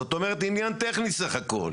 זאת אומרת עניין טכני סך הכול.